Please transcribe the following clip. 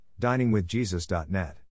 diningwithjesus.net